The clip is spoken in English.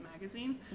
Magazine